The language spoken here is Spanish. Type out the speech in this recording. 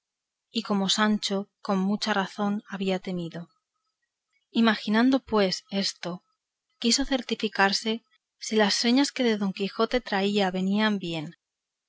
y como sancho con mucha razón había temido imaginando pues esto quiso certificarse si las señas que de don quijote traía venían bien